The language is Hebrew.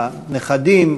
הנכדים,